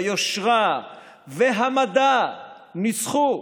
היושרה והמדע ניצחו.